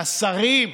לשרים,